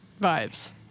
vibes